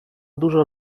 dużo